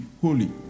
holy